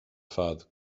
fad